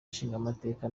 nshingamateka